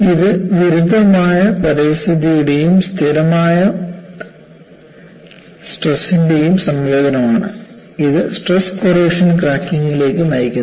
ഇത് വിരുദ്ധമായ പരിസ്ഥിതിയുടെയും സ്ഥിരമായ സ്ട്രെസ്ന്റെയും സംയോജനമാണ് ഇത് സ്ട്രെസ് കോറോഷൻ ക്രാക്കിംഗിലേക്ക് നയിക്കുന്നു